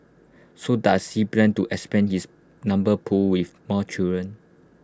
so does he plan to expand his number pool with more children